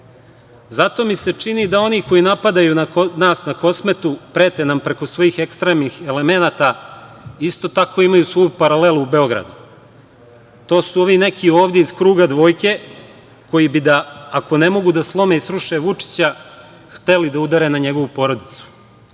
i se čini da oni koji napadaju nas na Kosmetu, prete nam preko svojih ekstremnih elemenata isto tako imaju svoju paralelu u Beogradu. To su ovi neki ovde iz kruga dvojke koji bi da, ako ne mogu da slome i sruše Vučića, hteli da udare na njegovu porodicu,